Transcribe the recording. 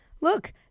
look